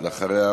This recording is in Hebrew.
ואחריו,